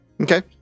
Okay